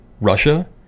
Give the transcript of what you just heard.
Russia